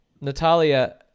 Natalia